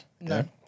No